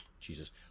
Jesus